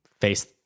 face